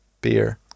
Beer